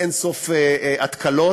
באין-סוף התקלות,